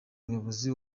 muyobozi